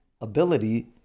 ability